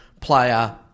player